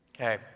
Okay